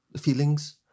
feelings